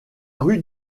rue